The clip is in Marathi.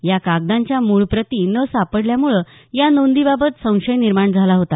या कागदांच्या मूळ प्रती न सापडल्यामुळं या नोंदीबाबत संशय निर्माण झाला होता